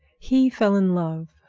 he fell in love,